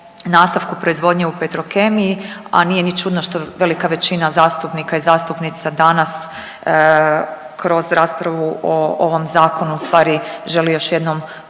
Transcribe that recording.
nastavku proizvodnje u Petrokemiji, a nije ni čudno što velika većina zastupnika i zastupnica danas kroz raspravu o ovom zakonu ustvari želi još jednom poručiti